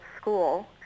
school